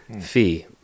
fee